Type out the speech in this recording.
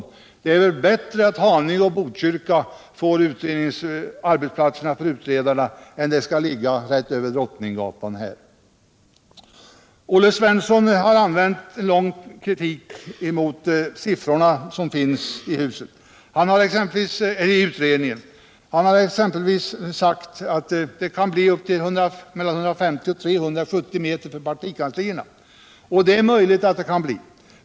Det är bättre att llaninge och Botkyrka får arbetsplatser för utredare än att verksamheten skall ligga här vid Drottninggatan. Olle Svensson använde en lång stund för att kritisera utredningens siffror. Han har exempelvis sagt att det kan bli ett avstånd på 150-370 m till Riksdagens lokalfrågor på längre sikt frågor på längre Sikt partikanslierna, och det är möjligt.